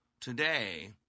today